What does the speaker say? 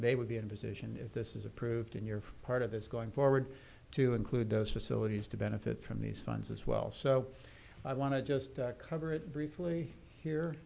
they would be in position if this is approved in your part of this going forward to include those facilities to benefit from these funds as well so i want to just cover it briefly here